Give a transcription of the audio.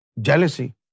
jealousy